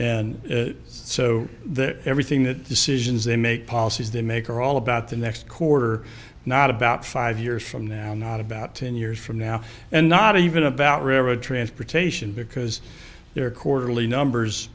and so that everything that decisions they make policies they make are all about the next quarter not about five years from now not about ten years from now and not even about river transportation because their quarterly numbers